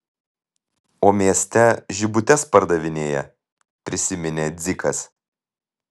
o mieste žibutes pardavinėja prisiminė dzikas